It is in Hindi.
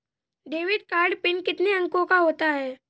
डेबिट कार्ड पिन कितने अंकों का होता है?